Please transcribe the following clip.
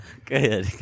Okay